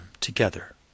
together